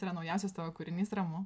tai yra naujausias tavo kūrinys ramu